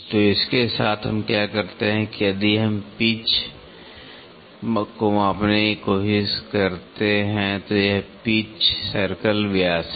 तो इसके साथ हम क्या करते हैं यदि हम पिच को मापने की कोशिश करते हैं तो यह पिच सर्कल व्यास है